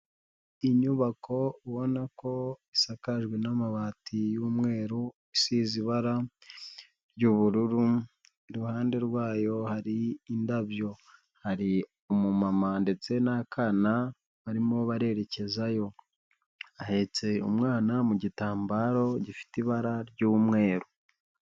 Inyubako ubona ko isakajwe n'amabati y'umweru, isize ibara ry'ubururu, iruhande rwayo hari indabyo. Hari umu mama ndetse n'akana, barimo barererekezayo. Ahetse umwana mu gitambaro gifite ibara ry'umweru.